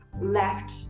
left